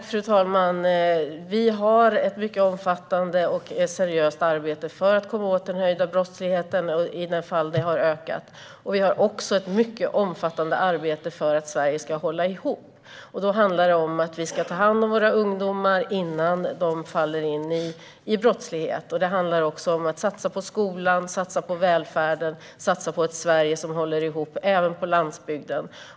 Fru talman! Det pågår ett mycket omfattande och seriöst arbete för att komma åt den ökade brottsligheten, i de fall den har ökat. Vi har också satt igång ett mycket omfattande arbete för att Sverige ska hålla ihop. Det handlar om att vi ska ta hand om våra ungdomar innan de faller in i brottslighet. Det handlar också om att satsa på skolan och välfärden, på ett Sverige som håller ihop - även på landsbygden.